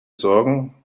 sorgen